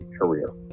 career